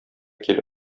кил